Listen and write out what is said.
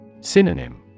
Synonym